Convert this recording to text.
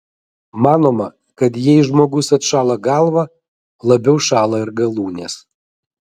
manoma kad jei žmogus atšąla galvą labiau šąla ir galūnės